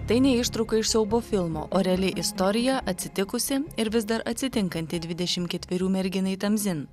tai ne ištrauka iš siaubo filmo o reali istorija atsitikusi ir vis dar atsitinkanti dvidešim ketverių merginai tamzin